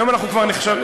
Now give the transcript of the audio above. היום אנחנו כבר נחשבים,